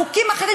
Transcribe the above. בחוקים אחרים,